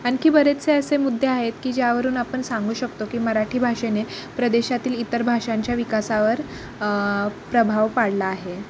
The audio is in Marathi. आणखी बरेचसे असे मुद्दे आहेत की ज्यावरून आपण सांगू शकतो की मराठी भाषेने प्रदेशातील इतर भाषांच्या विकासावर प्रभाव पाडला आहे